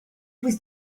was